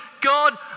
God